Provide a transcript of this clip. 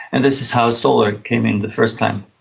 and this is how solar came in the first time.